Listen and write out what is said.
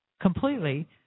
completely